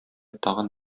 тагын